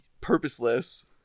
purposeless